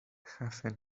خفه